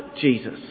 Jesus